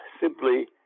simply